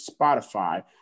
Spotify